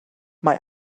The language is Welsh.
mae